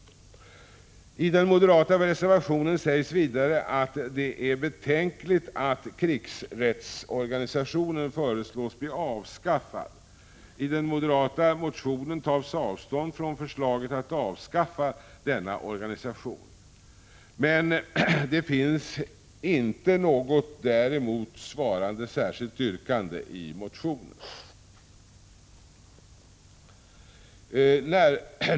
I den moderata reservationen sägs vidare att det är betänkligt att krigsrättsorganisationen föreslås bli avskaffad. I den moderata motionen tas avstånd från förslaget att avskaffa denna organisation. Det finns dock inte något däremot svarande särskilt yrkande i motiorten.